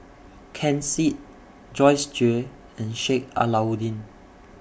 Ken Seet Joyce Jue and Sheik Alau'ddin